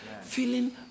feeling